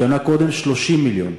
שנה קודם, 30 מיליון.